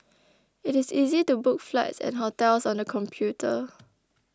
it is easy to book flights and hotels on the computer